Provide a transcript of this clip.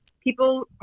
People